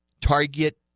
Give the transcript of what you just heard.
target